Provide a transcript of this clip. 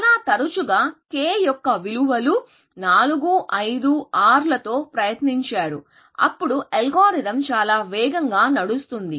చాలా తరచుగా k యొక్క విలువలు 4 5 6 లతో ప్రయత్నించారు అప్పుడు అల్గోరిథం చాలా వేగంగా నడుస్తుంది